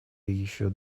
еще